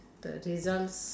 the results